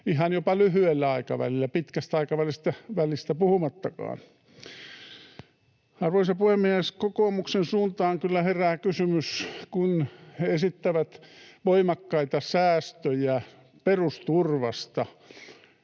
ihan jopa lyhyellä aikavälillä, pitkästä aikavälistä puhumattakaan. Arvoisa puhemies! Kokoomuksen suuntaan kyllä herää kysymys, kun he esittävät voimakkaita säästöjä perusturvasta